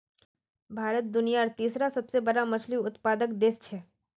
भारत दुनियार तीसरा सबसे बड़ा मछली उत्पादक देश छे